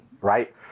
right